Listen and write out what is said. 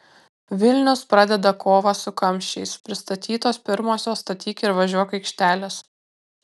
vilnius pradeda kovą su kamščiais pristatytos pirmosios statyk ir važiuok aikštelės